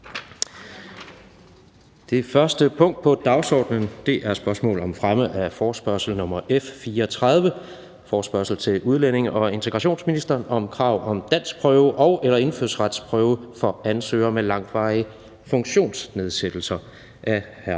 2020 kl. 10.00 Dagsorden 1) Spørgsmål om fremme af forespørgsel nr. F 34: Forespørgsel til udlændinge- og integrationsministeren om krav om danskprøve og/eller indfødsretsprøve for ansøgere med langvarige funktionsnedsættelser. Af Peder